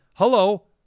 hello